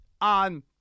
on